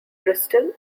bristol